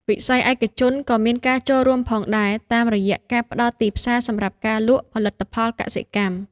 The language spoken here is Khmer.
វិស័យឯកជនក៏មានការចូលរួមផងដែរតាមរយៈការផ្តល់ទីផ្សារសម្រាប់ការលក់ផលិតផលកសិកម្ម។